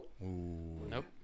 Nope